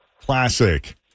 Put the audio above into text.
Classic